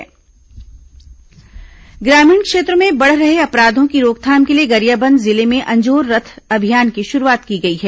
अंजोर प्रचार रथ ग्रामीण क्षेत्रों में बढ़ रहे अपराधों की रोकथाम के लिए गरियाबंद जिले में अंजोर रथ अभियान की शुरूआत की गई है